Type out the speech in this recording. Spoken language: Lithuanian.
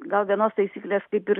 gal vienos taisyklės kaip ir